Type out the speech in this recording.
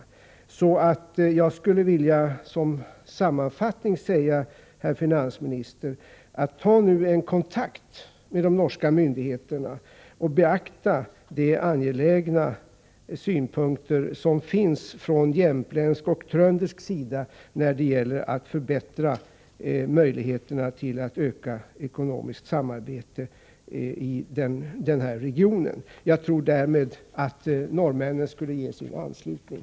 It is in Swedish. Jag skulle sammanfattningsvis till finansministern vilja säga: Ta kontakt med de norska myndigheterna och beakta de angelägna synpunkter som man har från jämtländsk och tröndisk sida när det gäller att förbättra möjligheterna till ett ökat ekonomiskt samarbete i den här regionen — jag tror att norrmännen därmed skulle ge sin anslutning.